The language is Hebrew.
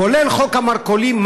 כולל חוק המרכולים,